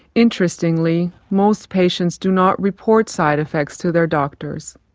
interestingly, most patients do not report side-effects to their doctors.